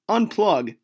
Unplug